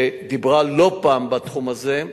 שדיברה לא פעם בתחום הזה.